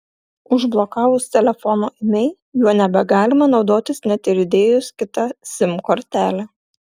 užblokavus telefono imei juo nebegalima naudotis net ir įdėjus kitą sim kortelę